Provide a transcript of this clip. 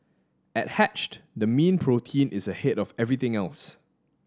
at Hatched the mean protein is ahead of everything else